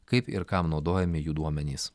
kaip ir kam naudojami jų duomenys